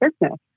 business